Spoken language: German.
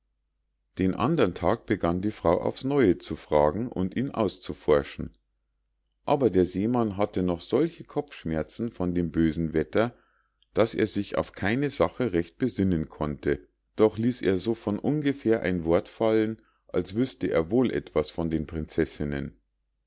den andern tag begann die frau aufs neue zu fragen und ihn auszuforschen aber der seemann hatte noch solche kopfschmerzen von dem bösen wetter daß er sich auf keine sache recht besinnen konnte doch ließ er so von ungefähr ein wort fallen als wüßte er wohl etwas von den prinzessinnen